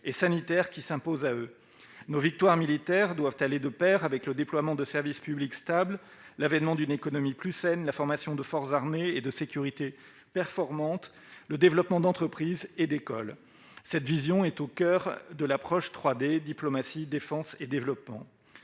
et sanitaires qui s'imposent à eux. Nos victoires militaires doivent aller de pair avec le déploiement de services publics stables, l'avènement d'une économie plus saine, la formation de forces armées et de sécurité performantes, le développement d'entreprises et d'écoles. Cette vision est au coeur de l'approche « 3D », pour diplomatie, défense et développement.